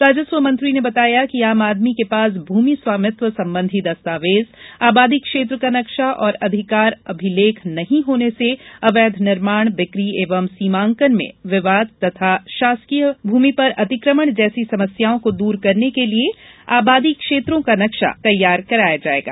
राजस्व मंत्री ने बताया कि आम आदमी के पास भूमि स्वामित्व संबंधी दस्तावेज आबादी क्षेत्र का नक्शा और अधिकार अभिलेख नहीं होने से अवैध निर्माण बिक्री एवं सीमांकन के विवाद तथा शासकीय पर अतिक्रमण जैसी समस्याओं को दूर करने के लिए आबादी क्षेत्रों का नक्शा तैयार कराया जायेगा